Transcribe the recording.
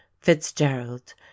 Fitzgerald